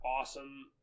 awesome